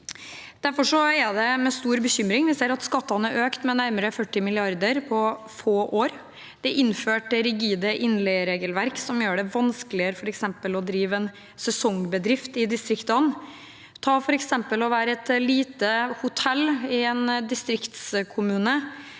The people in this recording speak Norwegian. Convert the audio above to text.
Derfor er det med stor bekymring vi ser at skattene er økt med nærmere 40 mrd. kr på få år. Det er innført rigide innleieregelverk som gjør det vanskeligere f.eks. å drive en sesongbedrift i distriktene. Ta f.eks. det å drive et lite hotell i en distriktskommune